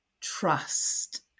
trust